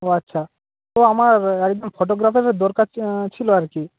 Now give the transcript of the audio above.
ও আচ্ছা তো আমার একজন ফটোগ্রাফারের দরকার ছিল আর কি